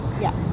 Yes